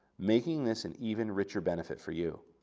making this an even richer benefit for you.